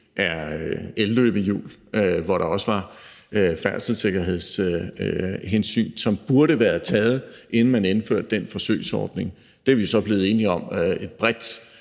er elløbehjul, hvor der også var færdselssikkerhedshensyn, som burde være taget, inden man indførte en forsøgsordning. Det er vi så blevet enige om, et bredt